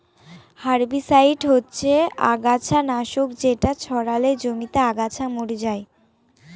herbicide হচ্ছে আগাছা নাশক যেটা ছড়ালে জমিতে আগাছা মরে যায়